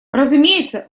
разумеется